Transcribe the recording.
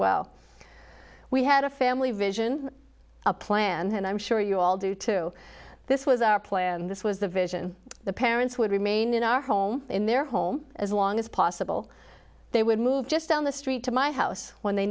well we had a family vision a plan and i'm sure you all do too this was our plan this was the vision the parents would remain in our home in their home as long as possible they would move just down the street to my house when they